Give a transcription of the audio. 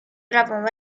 prawą